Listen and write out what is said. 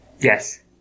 Yes